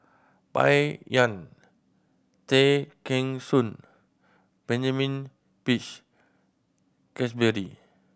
Bai Yan Tay Kheng Soon Benjamin Peach Keasberry